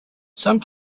some